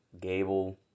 Gable